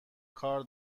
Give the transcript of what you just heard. کار